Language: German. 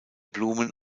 blumen